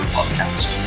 Podcast